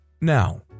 Now